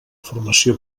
formació